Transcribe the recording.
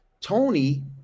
Tony